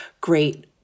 great